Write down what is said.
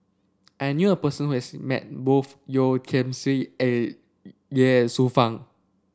I knew a person who has met both Yeo Tiam Siew and Ye Shufang